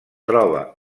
troba